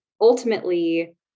ultimately